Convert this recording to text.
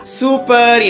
super